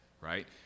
Right